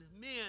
men